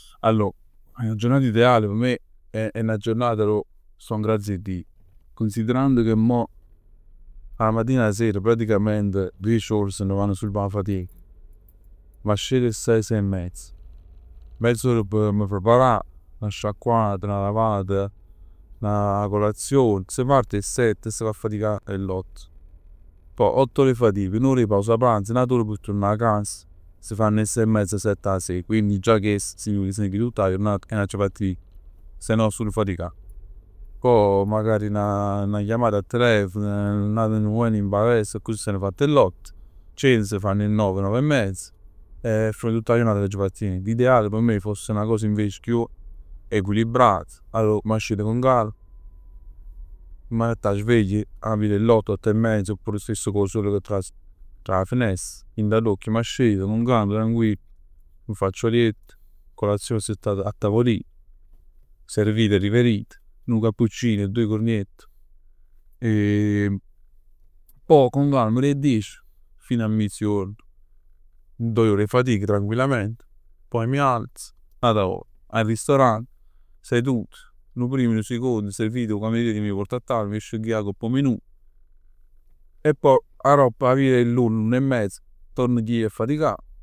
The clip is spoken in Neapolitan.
Allor 'a giornata ideale p' me è è 'na giornata arò sto n'grazia 'e Dij. Considerann che mo d' 'a matin a ser diec ore se ne vanno praticamente p' 'a fatic. M'scet 'e sei, sei e mezz. Mezz'ora p' p' m' preparà. 'Na sciacquata, 'na lavata, 'na colazion. S' parte 'e sett e s' va a faticà 'e l'ott. Poj otto ore 'e fatic, n'ora 'e pausa pranzo, n'ata ora p' turnà a cas. S' fann 'e sei e mezz, sett 'a ser. Quindi già chest se n'è jut tutt 'a jurnat e n'aggio fatt nient. Sennò sul faticà. Poj magari 'na chiamata a telefono, nu mument in palestra accussì s'anna fatt 'e l'otto, ceno s'anna fatt 'e nove, nove e mezz. E è finito tutt 'a jurnat e nun aggio fatt nient. L'ideale p' me foss 'na cosa chiù equilibrata, allor m'ascet con calma, m' mett 'a sveglia p' via d' 'e l'otto, otto e mezza, oppure stess cu 'o sole che tras d' 'a fenest. Dint 'a l'uocchie, m'scet con calma, tranquill, m' facc 'o liett. Colazione assettat a tavolin. Servito e riverito. Nu cappuccin, doje cornett, e poj con calma d' 'e diec fino a mezzojuorn. Doje ore 'e fatic tranquillamente. Poi mi alzo, n'ata vota. Al ristorante seduto, nu prim e nun sicond, servito, 'o cameriere mi porta a tavola, m' scelgo io a'copp 'o menù. E poj aropp a via d' 'e l'una, l'una e mezz torno a ji a faticà.